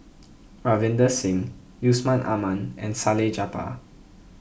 Ravinder Singh Yusman Aman and Salleh Japar